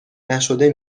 نشده